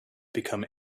become